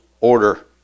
Order